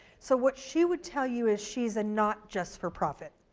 so what she would tell you is she's a not just for profit.